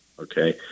Okay